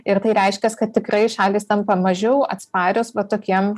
ir tai reiškias kad tikrai šalys tampa mažiau atsparios tokiem